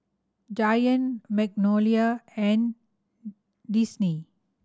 Giant Magnolia and Disney